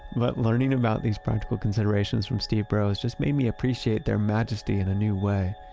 but learning about these practical considerations from steve burrows just made me appreciate their majesty in a new way.